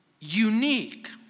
unique